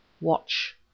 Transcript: Watch